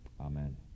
amen